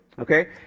Okay